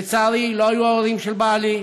לצערי, לא היו ההורים של בעלי.